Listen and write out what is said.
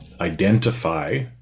identify